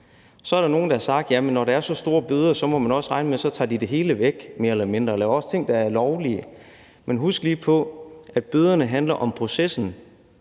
Så er der nogle, der har sagt, at jamen når der er så store bøder, må man også regne med, at de så tager det hele væk, mere eller mindre, altså også ting, der er lovlige. Men husk lige på, at bøderne handler om